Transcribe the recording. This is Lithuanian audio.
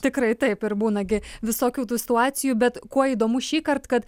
tikrai taip ir būna gi visokių tų situacijų bet kuo įdomu šįkart kad